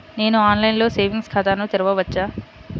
నేను ఆన్లైన్లో సేవింగ్స్ ఖాతాను తెరవవచ్చా?